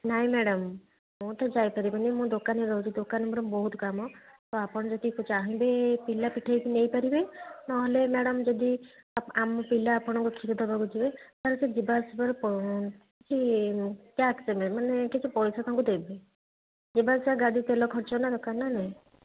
ନାଇଁ ମ୍ୟାଡ଼ାମ୍ ମୁଁ ତ ଯାଇ ପାରିବିନି ମୁଁ ଦୋକାନରେ ରହୁଛି ଦୋକାନରେ ମୋର ବହୁତ କାମ ଆପଣ ଯଦି ଚାହିଁବେ ପିଲା ପଠାଇକି ନେଇ ପାରିବେ ନ ହେଲେ ମ୍ୟାଡ଼ାମ୍ ଯଦି ଆମ ପିଲା ଆପଣଙ୍କୁ କ୍ଷୀର ଦେବାକୁ ଯିବେ ତା'ହାଲେ ସେ ଯିବା ଆସିବାର ପ କିଛି କ୍ୟାସ୍ ଦେବେ ମାନେ କିଛି ପଇସା ତାଙ୍କୁ ଦେବେ ଯିବା ଆସିବା ଗାଡ଼ି ତେଲ ଖର୍ଚ୍ଚ ନା ଦରକାର ନା ନାଇଁ